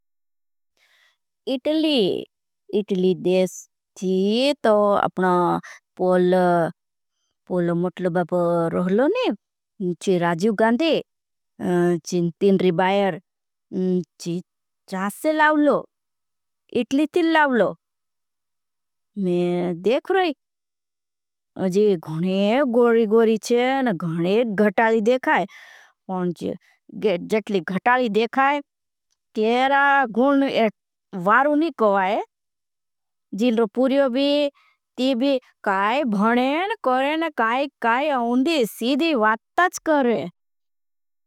Italy Italy देश थी तो अपना पौल पौल मुटल बाप। रोहलो ने ची राजुगांदे ची तिन रिबायर ची चासे लावलो। इटली ती लावलो में देख रही अजी घणे गोरी गोरी छे न घणे गटाली देखाई। पंच जटली गटाली देखाई केरा गुण एक वार उनी कोई। जी लोग पूर्यो भी ती भी काई भनेन करेन काई काई आउन्दी सीधी वात्ताच करें।